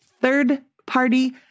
third-party